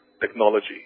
technology